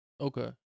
Okay